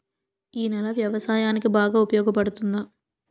ఈ నేల వ్యవసాయానికి బాగా ఉపయోగపడుతుందా?